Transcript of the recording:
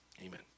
Amen